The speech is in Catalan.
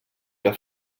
que